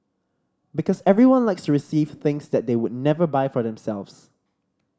because everyone likes to receive things that they would never buy for themselves